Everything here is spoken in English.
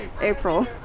April